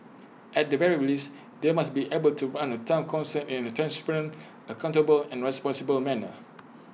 at the very least they must be able to run A Town Council in A transparent accountable and responsible manner